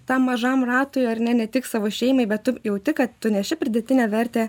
tam mažam ratui ar ne ne tik savo šeimai bet tu jauti kad tu neši pridėtinę vertę